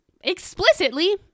explicitly